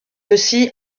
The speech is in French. aussi